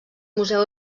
museu